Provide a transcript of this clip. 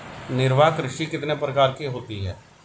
निर्वाह कृषि कितने प्रकार की होती हैं?